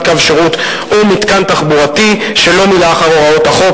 קו שירות או מתקן תחבורתי שלא מילא אחר הוראות החוק,